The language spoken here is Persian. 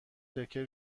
تکه